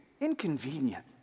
inconvenient